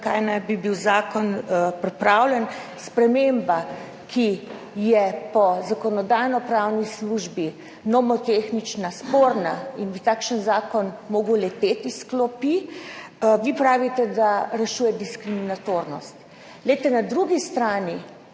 zakaj naj bi bil zakon pripravljen. Sprememba, ki je po Zakonodajno-pravni službi nomotehnično sporna in bi takšen zakon moral leteti iz klopi, vi pravite, da rešuje diskriminatornosti. Glejte, na drugi strani